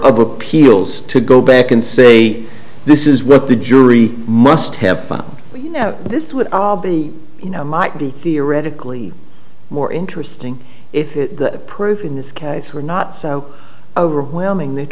of appeals to go back and say this is what the jury must have found you know this would be you know might be theoretically more interesting if the proof in this case were not so overwhelming that